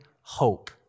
hope